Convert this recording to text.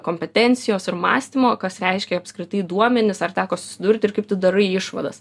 kompetencijos ir mąstymo kas reiškia apskritai duomenis ar teko susidurti ir kaip tu darai išvadas